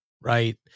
right